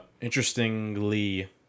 interestingly